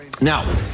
Now